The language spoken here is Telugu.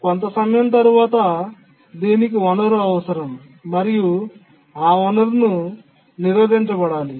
కొంత సమయం తరువాత దీనికి వనరు అవసరం మరియు ఆ వనరు నిరోధించబడింది